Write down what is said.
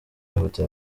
yihuta